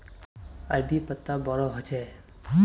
अरबी पत्ता बोडो होचे